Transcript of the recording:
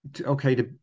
okay